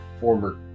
former